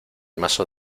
mazo